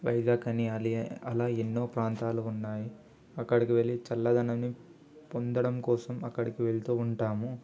వైజాగ్ అనీ అలి అలా ఎన్నో ప్రాంతాలు ఉన్నాయి అక్కడికి వెళ్ళి చల్లదనాన్ని పొందడం కోసం అక్కడికి వెళ్తూ ఉంటాము